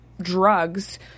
drugs